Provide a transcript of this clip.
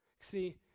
See